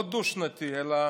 לא דו-שנתי אלא